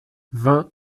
vingt